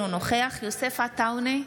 אינו נוכח יוסף עטאונה,